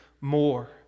more